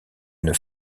une